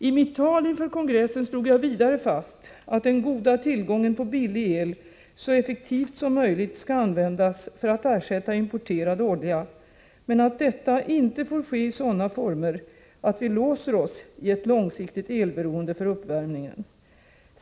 I mitt tal inför kongressen slog jag vidare fast att den billiga el, som vi har god tillgång till, så effektivt som möjligt skall användas för att ersätta importerad olja men att detta inte får ske i sådana former att vi låser oss i ett långsiktigt elberoende för uppvärmningen.